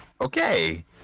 okay